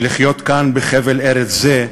ולחיות כאן, בחבל ארץ זה,